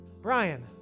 Brian